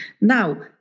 Now